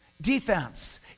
defense